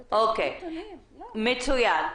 מצוין.